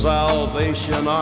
Salvation